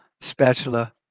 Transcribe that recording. spatula